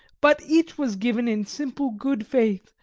but each was given in simple good faith,